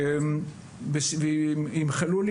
ימחלו לי,